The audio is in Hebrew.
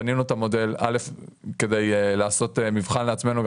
בנינו את המודל ראשית כדי לעשות מבחן לעצמנו,